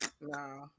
no